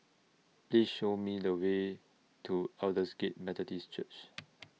Please Show Me The Way to Aldersgate Methodist Church